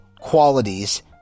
qualities